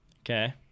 Okay